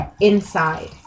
inside